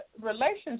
relationship